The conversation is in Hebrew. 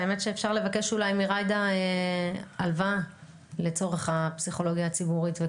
האמת שאפשר לבקש אולי מג'ידא הלוואה לצורך הפסיכולוגיה הציבורית.